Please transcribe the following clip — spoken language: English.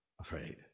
afraid